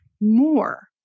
more